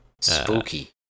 Spooky